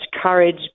courage